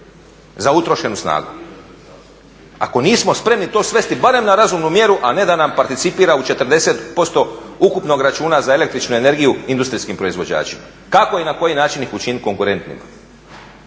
za utrošenu snagu. Ako nismo spremni to svesti barem na razumnu mjeru a ne da nam participira u 40% ukupnog računa za električnu energiju industrijskim proizvođačima. Kako i na koji način ih učiniti konkurentnima